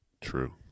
True